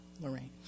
Lorraine